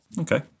Okay